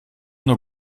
nur